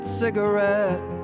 cigarette